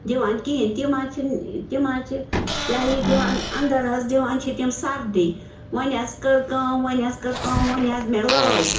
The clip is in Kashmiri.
دِوان کِہیٖنۍ تِم حظ چھِنہٕ تِم حظ چھِ یہِ ہَہ یہِ دِوان انٛدر حظ دِوان چھِ تِم سردی وَنہِ حظ کٔر کٲم وَنہِ حظ کٔر کٲم وَنہِ حظ مےٚ لٲگۍ